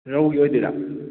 ꯔꯧꯒꯤ ꯑꯣꯏꯗꯣꯏꯔꯥ